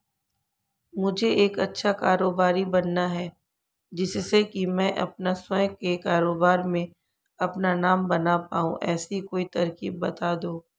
मुझे एक अच्छा कारोबारी बनना है जिससे कि मैं अपना स्वयं के कारोबार में अपना नाम बना पाऊं ऐसी कोई तरकीब पता दो?